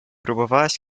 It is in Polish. próbowałaś